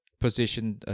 position